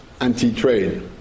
anti-trade